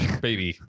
baby